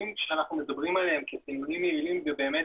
שאנחנו מדברים עליהם כסינונים יעילים זה באמת